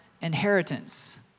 inheritance